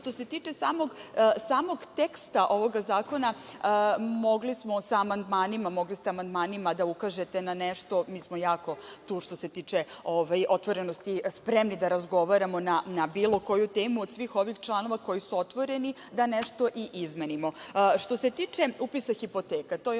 Što se tiče samog teksta ovog zakona, mogli smo sa amandmanima, mogli ste amandmanima da ukažete na nešto, mi smo tu što se tiče otvorenosti i spremni smo da razgovaramo na bilo koju temu od svih ovih članova koji su otvoreni, da nešto i izmenimo. Što se tiče upisa hipoteka, to je